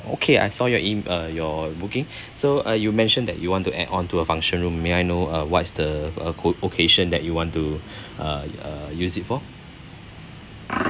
okay I saw your in~ uh your booking so uh you mentioned that you want to add on to a function room may I know uh what is the occa~ occasion that you want to uh use it for